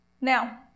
now